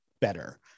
better